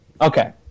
Okay